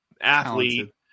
athlete